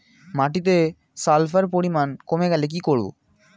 মাটিতে সালফার পরিমাণ কমে গেলে কি করব?